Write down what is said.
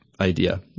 idea